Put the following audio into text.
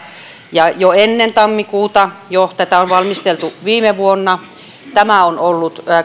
ja jo ennen tammikuuta tätä on valmisteltu viime vuonna tämä on ollut